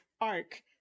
arc